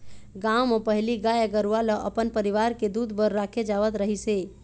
गाँव म पहिली गाय गरूवा ल अपन परिवार के दूद बर राखे जावत रहिस हे